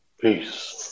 Peace